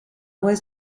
was